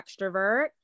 extrovert